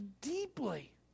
deeply